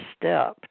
step